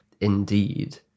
Indeed